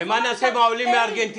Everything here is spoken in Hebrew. ומה נעשה עם העולים מארגנטינה?